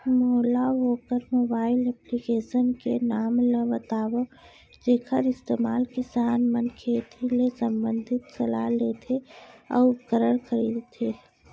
मोला वोकर mobile application के नाम ल बतावव जेखर इस्तेमाल किसान मन खेती ले संबंधित सलाह लेथे अऊ उपकरण खरीदथे?